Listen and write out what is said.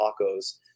tacos